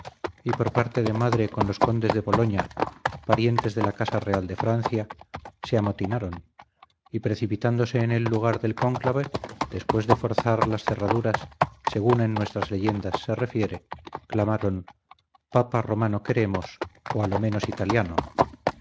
y por parte de madre con los condes de boloña parientes de la casa real de francia se amotinaron y precipitándose en el lugar del cónclave después de forzar las cerraduras según en nuestras leyendas se refiere clamaron papa romano queremos o a lo menos italiano